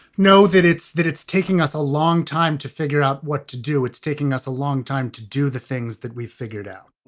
know that it's that it's taking us a long time to figure out what to do. it's taking us a long time to do the things that we've figured out